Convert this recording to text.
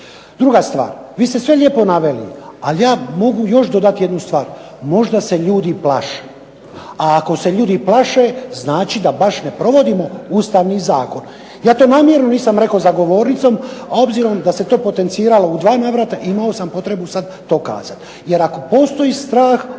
Druga stvar, vi ste sve lijepo naveli, ali ja mogu još dodati jednu stvar, možda se ljudi plaše, a ako se ljudi plaše znači da baš ne provodimo ustavni zakon. Ja to namjerno nisam rekao za govornicom, a obzirom da se to potenciralo u dva navrata, imao sam potrebu sad to kazati. Jer ako postoji strah,